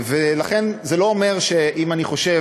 ולכן זה לא אומר שאם אני חושב,